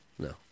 No